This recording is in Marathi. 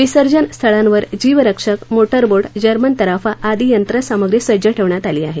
विसर्जन स्थळांवर जीवरक्षक मोटरबोट जर्मन तराफा आदि यंत्रसामग्री सज्ज ठेवण्यात आली आहे